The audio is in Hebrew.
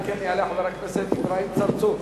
אם כן, יעלה חבר הכנסת אברהים צרצור.